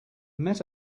met